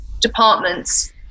departments